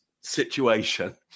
situation